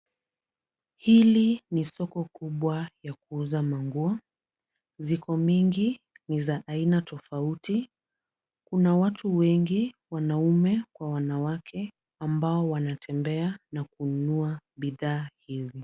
Hili ni soko kubwa ya kuuza manguo. Ziko mingi. Ni za aina tofauti. Kuna watu wengi, wanaume kwa wanawake ambao wanatembea na kununua bidhaa hizi.